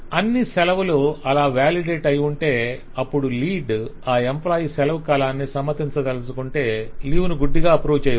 అన్ని సెలవులూ అలా వాలిడేట్ అయి ఉంటే అప్పుడు లీడ్ ఆ ఎంప్లాయ్ సెలవు కాలాన్ని సమ్మతించదలచుకొంటే లీవ్ ను గుడ్డిగా అప్రూవ్ చేయవచ్చు